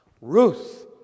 Ruth